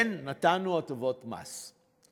כן, נתנו הטבות מס,